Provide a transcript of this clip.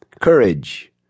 courage